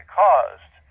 caused